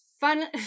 fun